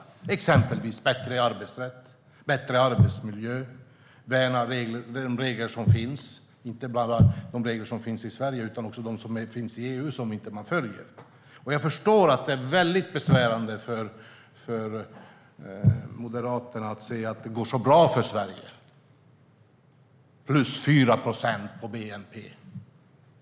Det gäller exempelvis bättre arbetsrätt, bättre arbetsmiljö och att värna de regler som finns - inte bara de regler som finns i Sverige utan också de som finns i EU och som man inte följer. Jag förstår att det är väldigt besvärande för Moderaterna att se att det går så bra för Sverige. Vi har +4 procent på bnp.